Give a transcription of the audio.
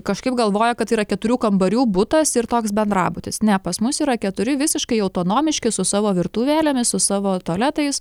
kažkaip galvoja kad tai yra keturių kambarių butas ir toks bendrabutis ne pas mus yra keturi visiškai autonomiški su savo virtuvėlėmis su savo tualetais